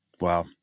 Wow